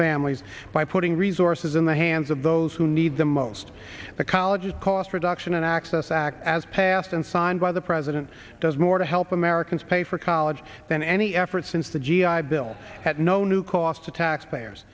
families by putting resources in the hands of those who need them most the college cost reduction and access act as passed and signed by the president does more to help americans pay for college than any effort since the g i bill had no new cost to taxpayers